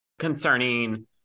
concerning